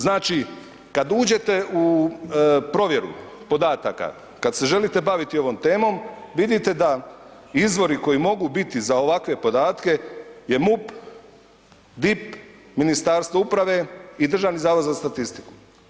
Znači, kad uđete u provjeru podataka, kad se želite baviti ovom temom vidite da izvori koji mogu biti za ovakve podatke je MUP, DIP, Ministarstvo uprave i Državni zavod za statistiku.